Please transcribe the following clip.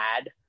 add